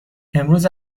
امروز